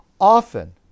Often